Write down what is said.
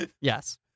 Yes